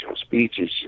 speeches